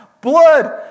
blood